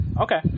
Okay